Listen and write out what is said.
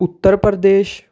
Uttar Pradesh